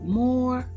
more